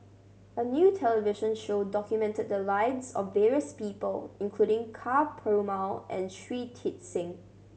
a new television show documented the lives of various people including Ka Perumal and Shui Tit Sing